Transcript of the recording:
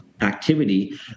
activity